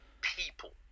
people